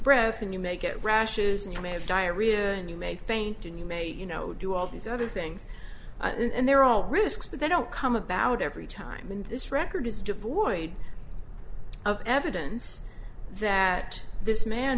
breath and you make it rashes and you may have diarrhea and you may faint and you may you know do all these other things and they're all risks but they don't come about every time and this record is devoid of evidence that this man